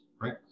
right